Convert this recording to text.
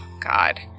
God